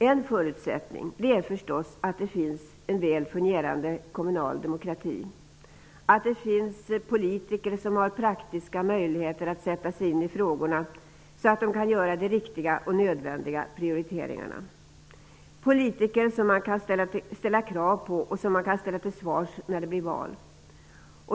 En förutsättning är naturligtvis att det finns en fungerande kommunal demokrati, att det finns politiker som har praktiska möjligheter att sätta sig in i frågorna så att de kan göra de riktiga och nödvändiga prioriteringarna och politiker som man kan ställa krav på, vilka kan ställas till svars inför ett val.